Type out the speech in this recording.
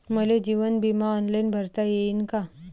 मले जीवन बिमा ऑनलाईन भरता येईन का?